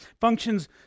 functions